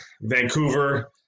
Vancouver –